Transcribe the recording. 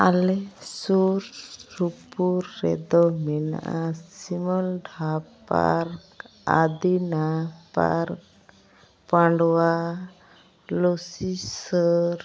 ᱟᱞᱮ ᱥᱩᱨᱥᱩᱯᱩᱨ ᱨᱮᱫᱚ ᱢᱮᱱᱟᱜᱼᱟ ᱥᱤᱢᱟᱹᱞᱰᱷᱟ ᱯᱟᱨᱠ ᱟᱫᱤᱱᱟ ᱯᱟᱨᱠ ᱯᱟᱱᱰᱩᱣᱟ ᱞᱚᱥᱤᱥᱟᱹᱨ